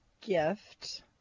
gift